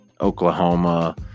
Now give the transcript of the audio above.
oklahoma